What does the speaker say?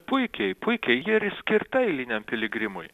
puikiai puikiai ji ir skirta eiliniam piligrimui